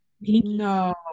No